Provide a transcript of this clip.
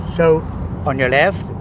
so on your left,